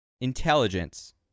Intelligence